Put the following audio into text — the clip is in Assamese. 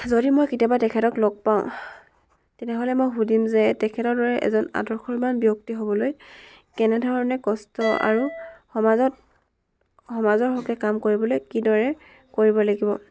যদি মই কেতিয়াবা তেখেতক লগ পাওঁ তেনেহ'লে মই সুধিম যে তেখেতৰ দৰে এজন আদৰ্শৱান ব্যক্তি হ'বলৈ কেনে ধৰণে কষ্ট আৰু সমাজত সমাজৰ হকে কাম কৰিবলৈ কিদৰে কৰিব লাগিব